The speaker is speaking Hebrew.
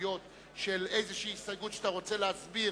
דקויות של איזו הסתייגות שאתה רוצה להסביר